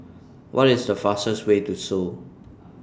What IS The fastest Way to Seoul